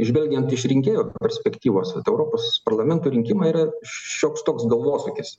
žvelgiant iš rinkėjo perspektyvos vat europos parlamento rinkimai yra šioks toks galvosūkis